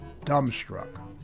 dumbstruck